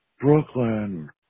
Brooklyn